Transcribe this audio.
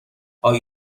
آیا